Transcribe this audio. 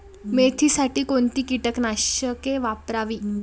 मेथीसाठी कोणती कीटकनाशके वापरावी?